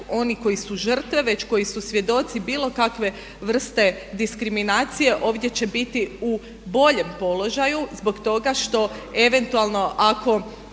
oni koji su žrtve već koji su svjedoci bilo kakve vrste diskriminacije, ovdje će biti u boljem položaju zbog toga što eventualno ako